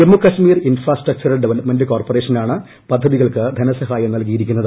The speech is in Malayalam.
ജമ്മു കശ്മീർ ഇൻഫ്രാസ്ട്രക്ചർ ഡെവലപ്പ്മെന്റ് കോർപ്പറേഷനാണ് പദ്ധതികൾക്ക് ധനസഹായം നൽകിയിരിക്കുന്നത്